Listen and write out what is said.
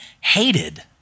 hated